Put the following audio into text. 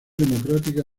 democrática